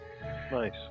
Nice